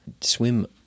Swim